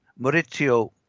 Maurizio